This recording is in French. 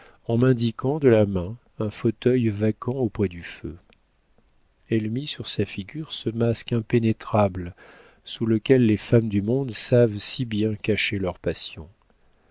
en m'indiquant de la main un fauteuil vacant auprès du feu elle mit sur sa figure ce masque impénétrable sous lequel les femmes du monde savent si bien cacher leurs passions